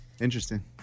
Interesting